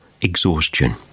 exhaustion